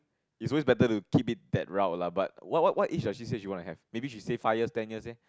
it's always better to keep it that route lah but what what age does she say she wants to have maybe she says five years ten years leh